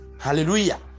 Hallelujah